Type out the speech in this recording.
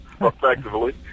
effectively